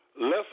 less